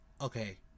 okay